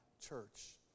church